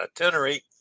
itinerary